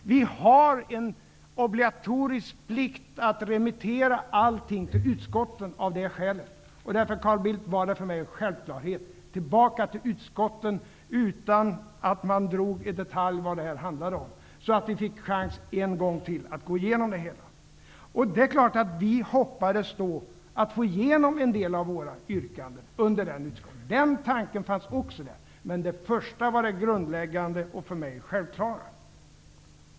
Vi har en obligatorisk plikt att remittera allting till utskotten. Därför var det, Carl Bildt, för mig en självklarhet: tillbaka till utskotten utan att man drog i detalj vad det handlade om, så att vi fick en chans att en gång till gå igenom det hela. Vi hoppades då självfallet att vi skulle få igenom en del av våra yrkanden. Den tanken fanns också där, men det första var det grundläggande och för mig självklara.